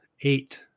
Eight